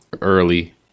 early